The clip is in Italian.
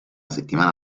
settimana